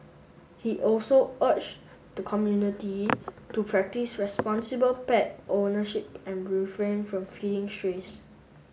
he also urged the community to practise responsible pet ownership and refrain from feeding strays